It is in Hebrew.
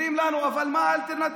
אומרים לנו: אבל מה האלטרנטיבה?